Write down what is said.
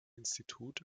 institut